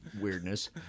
weirdness